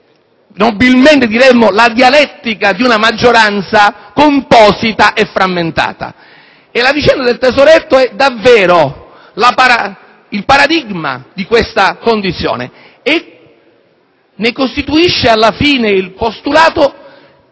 nobilmente, diremmo - la dialettica di una maggioranza composita e frammentata. La vicenda del tesoretto è il paradigma di questa condizione e ne costituisce alla fine il postulato